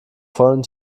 vollen